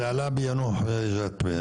זה עלה בינוח ג'ת.